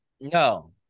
No